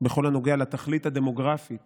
בכל הנוגע לתכלית הדמוגרפית